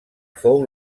fou